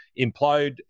implode